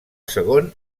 segon